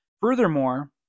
Furthermore